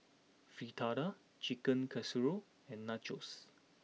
Fritada Chicken Casserole and Nachos